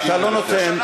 אתה לא נותן,